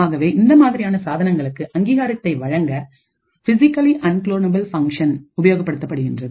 ஆகவே இந்த மாதிரியான சாதனங்களுக்கு அங்கீகாரத்தை வழங்க பிசிக்கலி அன்குலோனபுல் ஃபங்ஷன்ஸ் உபயோகப்படுத்தப்படுகின்றது